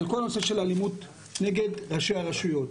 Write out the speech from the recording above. על כל הנושא של אלימות נגד ראשי הרשויות.